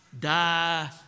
Die